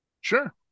Sure